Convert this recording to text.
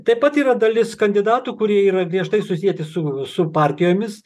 taip pat yra dalis kandidatų kurie yra griežtai susieti su su partijomis